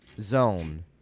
zone